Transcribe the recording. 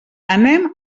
anem